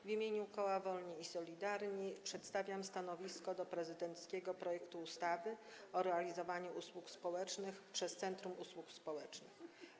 W imieniu koła Wolni i Solidarni przedstawiam stanowisko wobec prezydenckiego projektu ustawy o realizowaniu usług społecznych przez centrum usług społecznych.